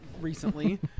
recently